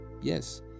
Yes